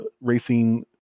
racing